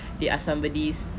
they are somebody's